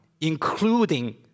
including